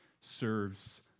serves